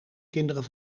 kinderen